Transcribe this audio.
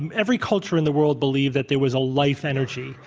and every culture in the world believed that there was a life energy.